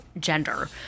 gender